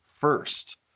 first